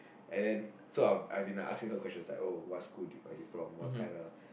and then so I I have been like asking her questions like oh what school are you from what kinda